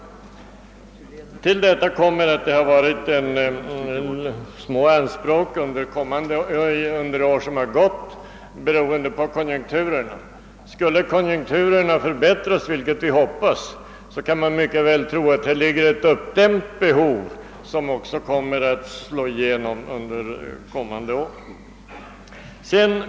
Till detta kommer att anspråken under detta år har varit små, beroende på konjunkturerna. Skulle konjunkturerna förbättras, vilket vi hoppas, kan man mycket väl tänka sig att här finns ett uppdämt behov som kommer att slå igenom under kommande år.